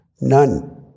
None